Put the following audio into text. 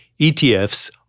ETFs